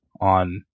on